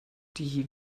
die